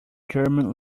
german